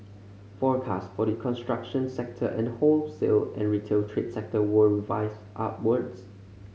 forecast for the construction sector and the wholesale and retail trade sector were revised upwards